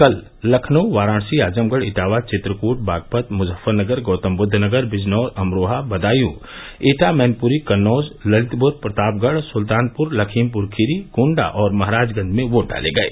कल लखनऊ वाराणसी आज़मगढ़ इटावा चित्रकूट बागपत मुज़फ्फरनगर गौतम बुद्धनगर बिजनौर अमरोहा बदायूं एटा मैनप्री कन्नौज ललितप्र प्रतापगढ़ सुल्तानप्र लखीमपुर खीरी गोंडा और महाराजगंज में वोट डाले गये